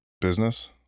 business